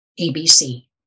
ABC